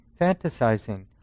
fantasizing